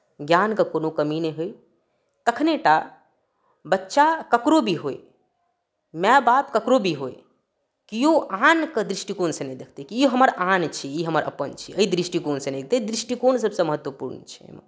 ज्ञानके कोनो कमी नहि होय तखने टा बच्चा ककरो भी होय माय बाप ककरो भी होय केओ आनके दृष्टिकोणसँ नहि देखतै कि ई हमर आन छी ई हमर अपन छी एहि दृष्टिकोणसँ नहि देखतै दृष्टिकोण सभसँ महत्वपूर्ण छै एहिमे